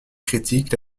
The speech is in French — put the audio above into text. critique